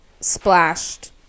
splashed